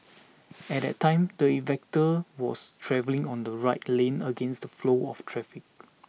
at that time the inventor was travelling on the right lane against the flow of traffic